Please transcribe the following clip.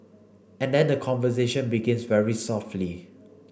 and then the conversation begins very softly